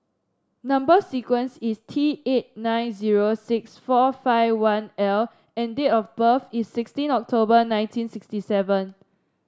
number sequence is T eight nine zero six four five one L and date of birth is sixteen October nineteen sixty seven